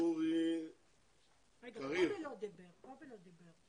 קובי לא דיבר.